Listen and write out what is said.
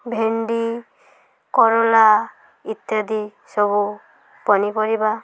ଭେଣ୍ଡି କଲରା ଇତ୍ୟାଦି ସବୁ ପନିପରିବା